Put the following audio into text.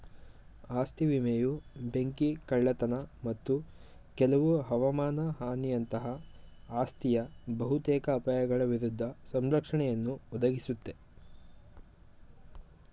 ಆಸ್ತಿ ವಿಮೆಯು ಬೆಂಕಿ ಕಳ್ಳತನ ಮತ್ತು ಕೆಲವು ಹವಮಾನ ಹಾನಿಯಂತಹ ಆಸ್ತಿಯ ಬಹುತೇಕ ಅಪಾಯಗಳ ವಿರುದ್ಧ ಸಂರಕ್ಷಣೆಯನ್ನುಯ ಒದಗಿಸುತ್ತೆ